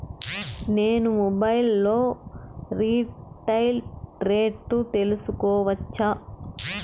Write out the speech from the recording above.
నేను మొబైల్ లో రీటైల్ రేట్లు తెలుసుకోవచ్చా?